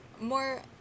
more